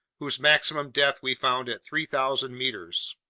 whose maximum depth we found at three thousand meters.